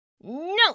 No